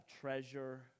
treasure